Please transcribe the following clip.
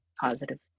positive